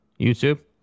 YouTube